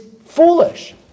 foolish